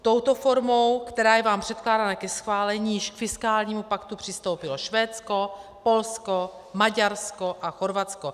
Touto formou, která je vám předkládána ke schválení, již k fiskálnímu paktu přistoupilo Švédsko, Polsko, Maďarsko a Chorvatsko.